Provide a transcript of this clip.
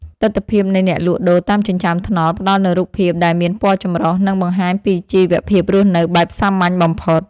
ទិដ្ឋភាពនៃអ្នកលក់ដូរតាមចិញ្ចើមថ្នល់ផ្ដល់នូវរូបភាពដែលមានពណ៌ចម្រុះ និងបង្ហាញពីជីវភាពរស់នៅបែបសាមញ្ញបំផុត។